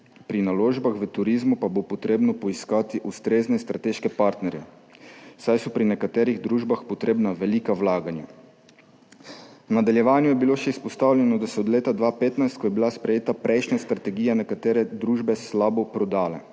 pri naložbah v turizmu pa bo treba poiskati ustrezne strateške partnerje, saj so pri nekaterih družbah potrebna velika vlaganja. V nadaljevanju je bilo še izpostavljeno, da so se od leta 2015, ko je bila sprejeta prejšnja strategija, nekatere družbe slabo prodale.